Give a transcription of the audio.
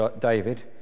David